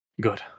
Good